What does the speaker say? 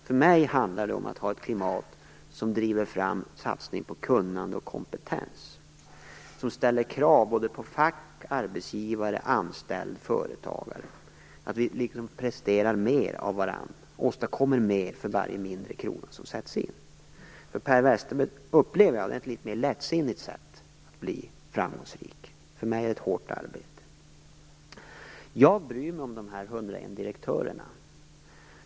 För mig handlar det om att ha ett klimat som driver fram satsningar på kunnande och kompetens, som ställer krav på såväl fack och arbetsgivare som anställda och företagare att prestera mer, att åstadkomma mer för varje krona som sätts in. Jag upplever det som att Per Westerberg talar om ett litet mer lättsinnigt sätt att bli framgångsrik. För mig handlar det om hårt arbete. Jag bryr mig om de 101 direktörerna.